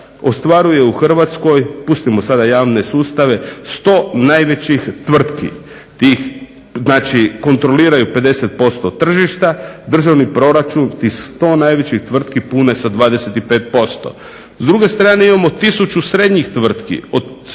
ostvaruje u Hrvatskoj, pustimo sada javne sustave, 100 najvećih tvrtki. Znači kontroliraju 50% tržišta, državni proračun tih 100 najvećih tvrtki pune sa 25%. S druge strane imamo tisuću srednjih tvrtki